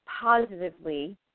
positively